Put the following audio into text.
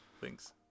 thanks